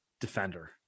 defender